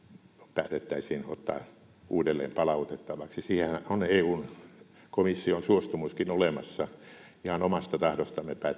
päätettäisiin ottaa uudelleen palautettavaksi siihenhän on eun komission suostumuskin olemassa ihan omasta tahdostamme